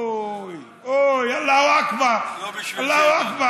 אוי, אוי, אללה הוא אכבר, אללה הוא אכבר.